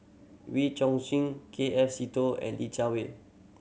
Wee Chong Xin K F Seetoh and Li Jiawei